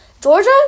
Georgia